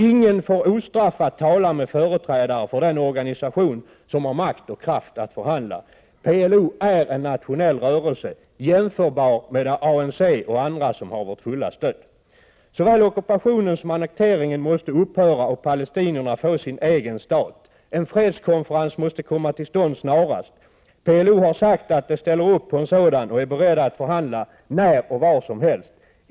Ingen får ostraffad tala med företrädare för den organisation som har makt och kraft att förhandla. PLO är en nationell rörelse jämförbar med ANC och andra som har vårt fulla stöd. Såväl ockupationen som annekteringen måste upphöra och palestinierna få sin egen stat. En fredskonferens måste komma till stånd snarast. Företrädare för PLO har sagt att de ställer upp på en sådan och är beredda att förhandla när och var som helst.